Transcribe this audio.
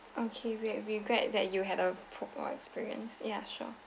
okay we regret that you had a poor experience yeah sure